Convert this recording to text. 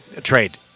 trade